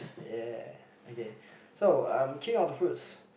yea okay so um king of the fruits